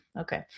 Okay